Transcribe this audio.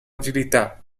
agilità